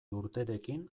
urterekin